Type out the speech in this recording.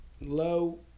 low